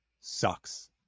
sucks